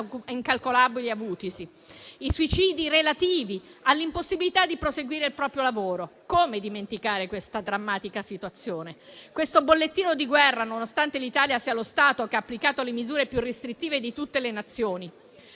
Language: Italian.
incalcolabili avutisi, i suicidi relativi all'impossibilità di proseguire il proprio lavoro? Come dimenticare questa drammatica situazione, questo bollettino di guerra, nonostante l'Italia sia lo Stato che ha applicato le misure più restrittive di tutte le Nazioni?